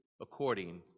according